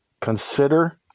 Consider